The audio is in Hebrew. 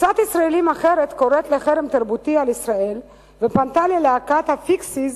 קבוצת ישראלים אחרת קוראת לחרם תרבותי על ישראל ופנתה ללהקת ה"פיקסיז":